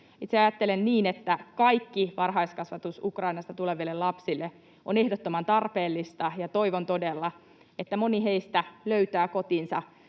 Itse ajattelen niin, että kaikki varhaiskasvatus Ukrainasta tuleville lapsille on ehdottoman tarpeellista. Toivon todella, että moni heistä löytää kotinsa